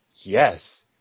Yes